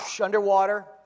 underwater